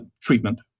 treatment